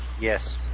yes